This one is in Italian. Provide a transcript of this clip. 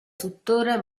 tuttora